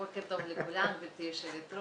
בוקר טוב לכולם, גברתי היושבת-ראש,